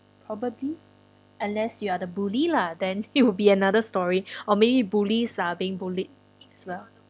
probably unless you are the bully lah then it would be another story or maybe bullies are being bullied as well